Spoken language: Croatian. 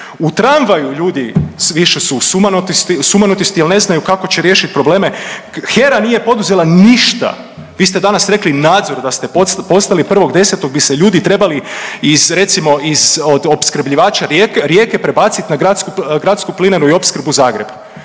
u tramvaju ljudi više su sumanuti jer ne znaju kako će riješiti probleme. HERA nije poduzela ništa, vi ste danas rekli nadzor da ste postali, 1.10. bi se ljudi trebali iz recimo iz od opskrbljivača Rijeke prebaciti na Gradsku plinaru i Opskrbu Zagreb.